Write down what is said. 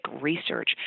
research